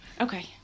Okay